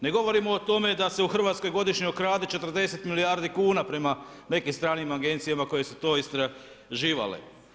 Ne govorimo o tome da se u Hrvatskoj, godišnje ukrade 40 milijardi kuna prema nekim stranim agencijama, koje su to istraživale.